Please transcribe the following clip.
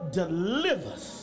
delivers